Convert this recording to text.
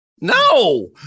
No